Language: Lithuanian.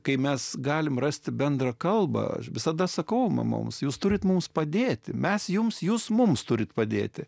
kai mes galime rasti bendrą kalbą aš visada sakau mamoms jūs turite mums padėti mes jums jūs mums turite padėti